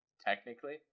technically